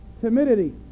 timidity